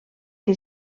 que